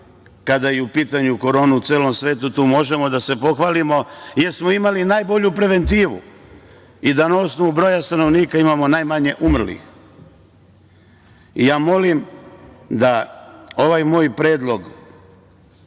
kada je u pitanju korona u celom svetu, tu možemo da se pohvalimo jer smo imali najbolju preventivu i da na osnovu broja stanovnika imamo najmanje umrlih. Molim da ovaj moj predlog